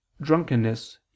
drunkenness